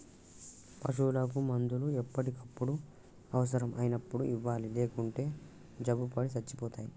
పశువులకు మందులు ఎప్పటికప్పుడు అవసరం అయినప్పుడు ఇవ్వాలి లేకుంటే జబ్బుపడి సచ్చిపోతాయి